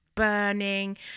burning